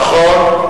נכון,